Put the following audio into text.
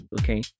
okay